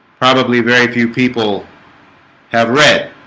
probably very few people have read